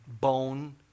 bone